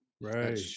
Right